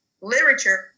Literature